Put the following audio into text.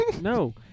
No